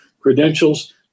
credentials